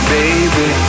baby